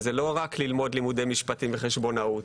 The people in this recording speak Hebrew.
וזה לא רק ללמוד לימודי משפטים וחשבונאות,